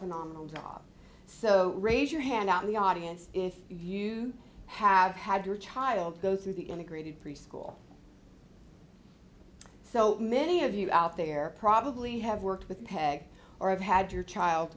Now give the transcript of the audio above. phenomenal job so raise your hand out the audience if you have had your child goes through the integrated preschool so many of you out there probably have worked with peg or have had your child